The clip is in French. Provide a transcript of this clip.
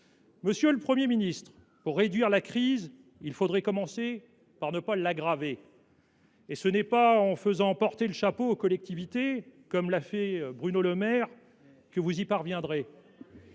Monsieur le Premier ministre, pour mettre fin à la crise, il faudrait commencer par ne pas l’aggraver. Et ce n’est pas en faisant porter le chapeau aux collectivités, comme l’a fait Bruno Le Maire, que vous y parviendrez.